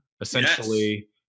essentially